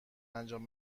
انجام